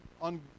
on